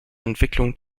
entwicklung